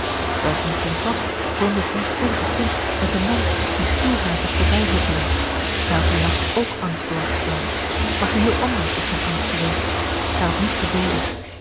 een contrast vormde het onschuldige kind met den man die schuw haar zag voorbij huppelen hij had dien nacht ook angst doorgestaan maar geheel anders was zijn angst geweest hij had niet gebeden